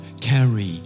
carry